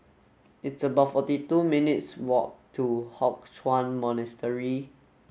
it's about forty two minutes' walk to Hock Chuan Monastery